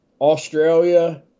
Australia